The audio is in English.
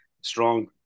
strong